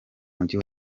mujyi